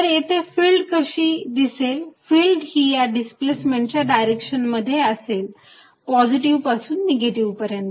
तर येथे फिल्ड कशी दिसेल फिल्ड ही या डिस्प्लेसमेंट च्या डायरेक्शन मध्ये असेल पॉझिटिव्ह पासून निगेटिव्ह पर्यंत